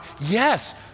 Yes